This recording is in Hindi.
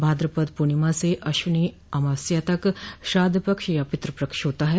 भाद्रपद पूर्णिमा से अश्वनी अमावस्या तक श्राद्ध पक्ष या पितृपक्ष होता है